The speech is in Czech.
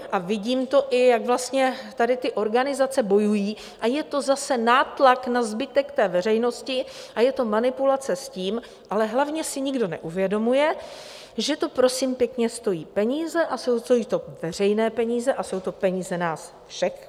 A vidím i to, jak tady ty organizace bojují, a je to zase nátlak na zbytek veřejnosti a je to manipulace s tím, ale hlavně si nikdo neuvědomuje, že to, prosím pěkně, stojí peníze a jsou to veřejné peníze, jsou to peníze nás všech.